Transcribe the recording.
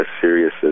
serious